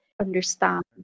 understand